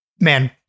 man